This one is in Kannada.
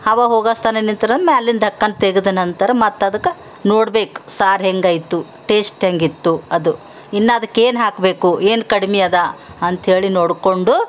ಹವ ಹೋಗಿಸ್ತಾನೆ ನಿಂತಿರೋದು ಮೇಲಿಂದ ಡಕ್ಕನ್ ತೆಗದ ನಂತರ ಮತ್ತು ಅದಕ್ಕೆ ನೋಡ್ಬೇಕು ಸಾರ್ ಹೆಂಗಾಯ್ತು ಟೇಶ್ಟ್ ಹೆಂಗಿತ್ತು ಅದು ಇನ್ನೂ ಅದಕ್ಕೆ ಏನು ಹಾಕಬೇಕು ಏನು ಕಡಿಮೆ ಅದ ಅಂಥೇಳಿ ನೋಡಿಕೊಂಡು